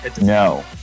No